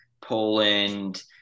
Poland